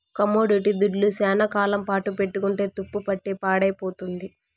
commodity దుడ్లు శ్యానా కాలం పాటు పెట్టుకుంటే తుప్పుపట్టి పాడైపోతుంది